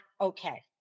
okay